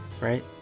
Right